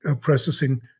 processing